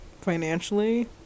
financially